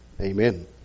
Amen